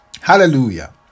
Hallelujah